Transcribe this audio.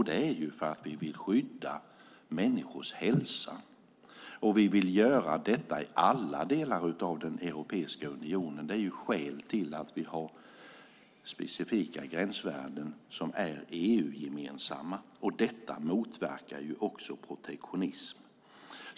Det är ju för att vi vill skydda människors hälsa, och vi vill göra detta i alla delar av Europeiska unionen. Det är skälet till att vi har specifika gränsvärden som är EU-gemensamma. Detta motverkar också protektionism.